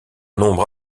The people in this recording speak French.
nombre